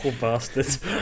bastards